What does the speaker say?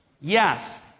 yes